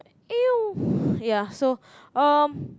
!eww! ya so um